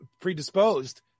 predisposed